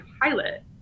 pilot